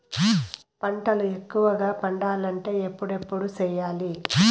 పంటల ఎక్కువగా పండాలంటే ఎప్పుడెప్పుడు సేయాలి?